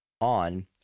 on